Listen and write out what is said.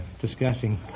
discussing